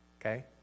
Okay